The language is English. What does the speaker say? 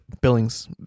billings